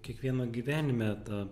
kiekvieno gyvenime ta